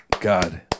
god